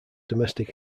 domestic